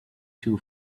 too